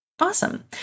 Awesome